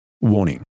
warning